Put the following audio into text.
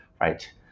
right